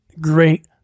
great